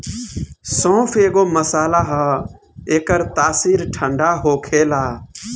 सौंफ एगो मसाला हअ एकर तासीर ठंडा होखेला